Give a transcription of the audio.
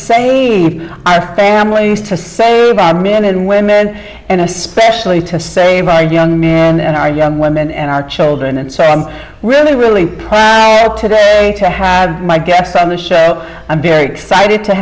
have families to save our men and women and especially to save our young men and our young women and our children and say i'm really really up today to have my guests on the show i'm very excited to